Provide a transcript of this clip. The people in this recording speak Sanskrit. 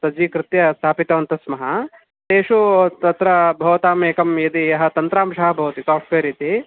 सज्जीकृत्य स्थापितवन्तः स्मः तेषु तत्र भवताम् एकं यदि यः तन्त्रांशः भवति सोफ़्ट्वेर् इति